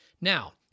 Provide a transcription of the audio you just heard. Now